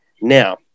now